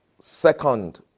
Second